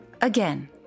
Again